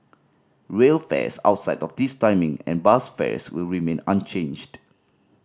rail fares outside of this timing and bus fares will remain unchanged